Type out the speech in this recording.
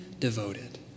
Devoted